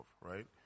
right